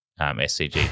scg